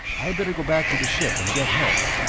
i'd better go back to the ship and get help.